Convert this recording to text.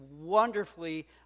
wonderfully